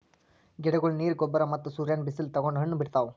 ಗಿಡಗೊಳ್ ನೀರ್, ಗೊಬ್ಬರ್ ಮತ್ತ್ ಸೂರ್ಯನ್ ಬಿಸಿಲ್ ತಗೊಂಡ್ ಹಣ್ಣ್ ಬಿಡ್ತಾವ್